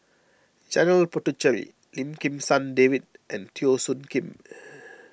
Janil Puthucheary Lim Kim San David and Teo Soon Kim